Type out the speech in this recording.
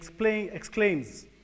exclaims